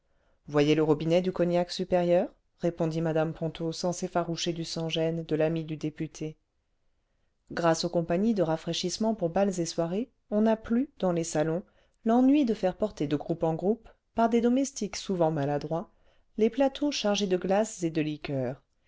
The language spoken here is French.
voyez le robinet du cognac supérieur répondit m ponto sans s'effaroucher du sans-gêne cle l'ami du député grâce aux compagnies de rafraîchissements pour bals et soirées on n'a plus dans les salons l'ennui de faire porter cle groupe en groupe par des domestiques souvent maladroits les plateaux chargés de glaces et de liqueurs